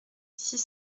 six